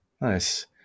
Nice